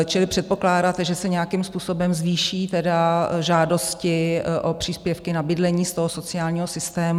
Čili předpokládáte, že se nějakým způsobem zvýší žádosti o příspěvky na bydlení ze sociálního systému?